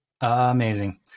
Amazing